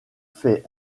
fait